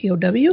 POW